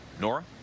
Nora